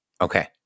Okay